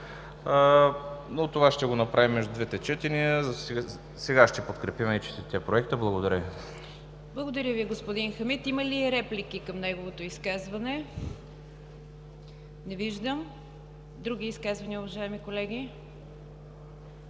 но това ще направим между двете четения. Сега ще подкрепим и четирите проекта. Благодаря Ви. ПРЕДСЕДАТЕЛ НИГЯР ДЖАФЕР: Благодаря Ви, господин Хамид. Има ли реплики към неговото изказване? Не виждам. Други изказвания, уважаеми колеги?